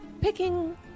picking